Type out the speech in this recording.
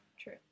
true